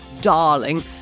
darling